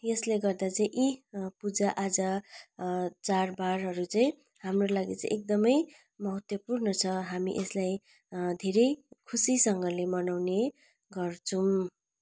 यसले गर्दा चाहिँ यी पूजा आजा चाडबाडहरू चाहिँ हाम्रो लागि चाहिँ एकदमै महत्त्वपूर्ण छ हामी यसलाई धेरै खुसीसँगले मनाउने गर्छौँ